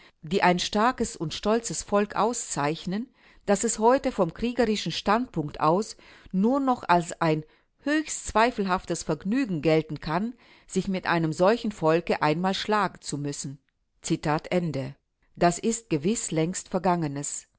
die ein starkes und stolzes volk auszeichnen daß es heute vom kriegerischen standpunkt aus nur noch als ein höchst zweifelhaftes vergnügen gelten kann sich mit einem solchen volke einmal schlagen zu müssen das ist gewiß längst vergangenes